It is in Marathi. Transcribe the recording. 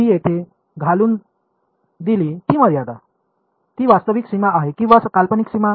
तुम्ही येथे घालून दिली ती मर्यादा ती वास्तविक सीमा आहे किंवा काल्पनिक सीमा